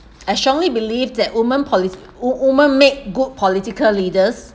I strongly believe that women polics~ wo~ women make good political leaders